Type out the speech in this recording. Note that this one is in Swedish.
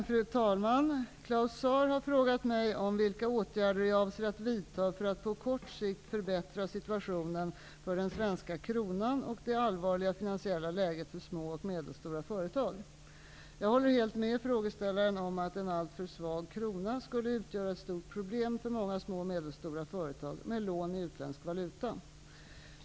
Fru talman! Claus Zaar har frågat mig vilka åtgärder jag avser att vidta för att på kort sikt förbättra situationen för den svenska kronan och det allvarliga finansiella läget för små och medelstora företag. Jag håller helt med frågeställaren om att en alltför svag krona skulle utgöra ett stort problem för många små och medelstora företag med lån i utländsk valuta.